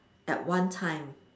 at one time